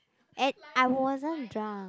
eh I wasn't drunk